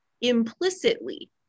implicitly